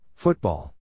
Football